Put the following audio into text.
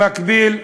במקביל,